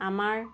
আমাৰ